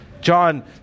John